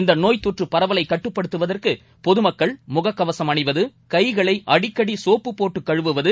இந்த நோய் தொற்று பரவலை கட்டுப்படுத்துவதற்கு பொதுமக்கள் முகக் கவசம் அணிவது கைகளை அடிக்கடி ளோப்பு போட்டு கழுவுவது